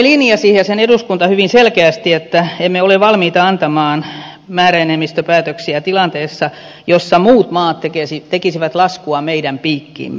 suomi ja sen eduskunta linjasi hyvin selkeästi että emme ole valmiita antamaan määräenemmistöpäätöksiä tilanteessa jossa muut maat tekisivät laskua meidän piikkiimme